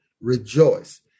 rejoice